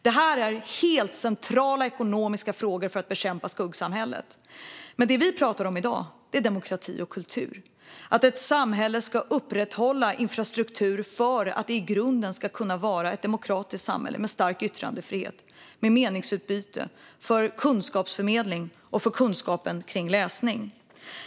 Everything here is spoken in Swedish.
Detta är centrala ekonomiska frågor för att bekämpa skuggsamhället. Men det vi talar om i dag är demokrati och kultur. Ett samhälle ska upprätthålla infrastruktur för att det i grunden ska kunna vara ett demokratiskt samhälle med stark yttrandefrihet, med meningsutbyte, för kunskapsförmedling och för kunskap kring läsning.